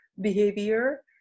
behavior